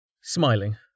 Smiling